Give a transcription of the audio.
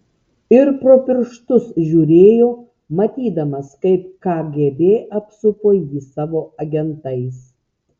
ir pro pirštus žiūrėjo matydamas kaip kgb apsupo jį savo agentais